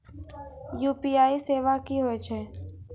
UPI सेवा की होय छै?